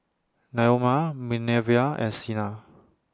Naoma Minervia and Sina